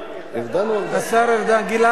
זה לא הממשלה של ארדן עדיין.